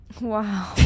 Wow